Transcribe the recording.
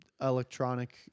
electronic